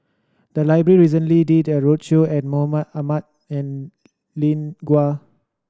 the library recently did a roadshow and Mahmud Ahmad and Lin Gao